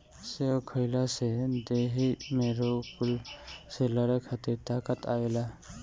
सेब खइला से देहि में रोग कुल से लड़े खातिर ताकत आवेला